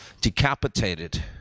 decapitated